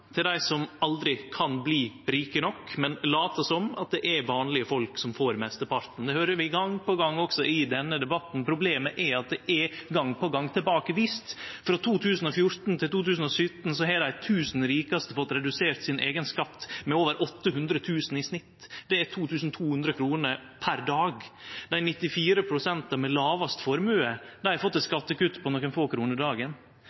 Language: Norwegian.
til dei som aldri kan bli rike nok, men lèt som om det er vanlege folk som får mesteparten. Det høyrer vi gong på gong også i denne debatten. Problemet er at det gong på gong er tilbakevist. Frå 2014 til 2017 har dei tusen rikaste fått redusert sin eigen skatt med over 800 000 kr i snitt. Det er 2 200 kr per dag. Dei 94 pst. med lågast formue har fått eit skattekutt på nokre få kroner dagen.